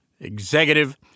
executive